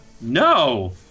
No